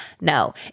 No